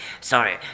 Sorry